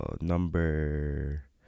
Number